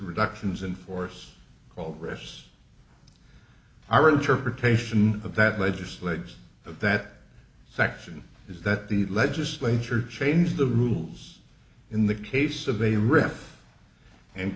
reductions in force called refs our interpretation of that legislators of that section is that the legislature changed the rules in the case of a ref and